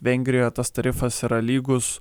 vengrijoje tas tarifas yra lygus